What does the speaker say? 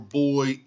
boy